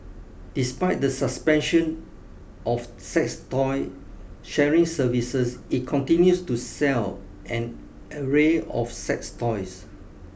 despite the suspension of sex toy sharing services it continues to sell an array of sex toys